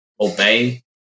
obey